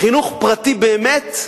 חינוך פרטי באמת,